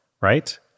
right